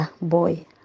boy